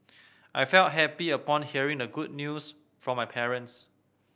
I felt happy upon hearing the good news from my parents